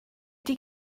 ydy